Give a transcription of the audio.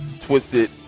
Twisted